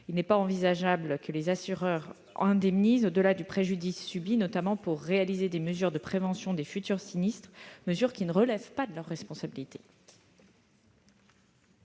Il n'est pas envisageable que les assureurs indemnisent au-delà du préjudice subi, notamment en vue de prévenir de futurs sinistres, car cela ne relève pas de leur responsabilité.